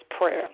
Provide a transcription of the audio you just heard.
prayer